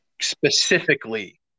specifically